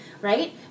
right